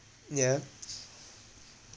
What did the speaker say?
yeah